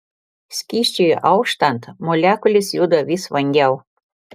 skysčiui auštant molekulės juda vis vangiau